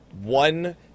one